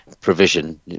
provision